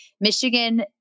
Michigan